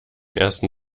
ersten